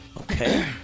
Okay